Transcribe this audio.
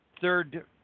third